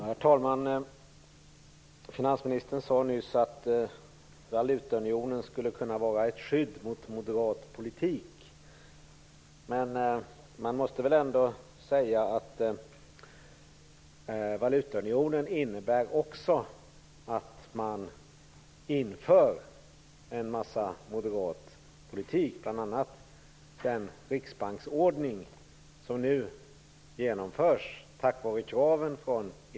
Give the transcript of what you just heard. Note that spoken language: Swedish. Herr talman! Finansministern sade nyss att valutaunionen skulle kunna vara ett skydd mot moderat politik. Men man måste väl ändå säga att valutaunionen också innebär att man inför en massa moderat politik, bl.a. den riksbanksordning som nu genomförs på grund av kraven från EMU.